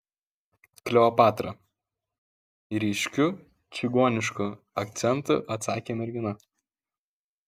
kleopatra ryškiu čigonišku akcentu atsakė mergina